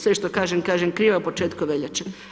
Sve što kažem, kažem krivo, početkom veljače.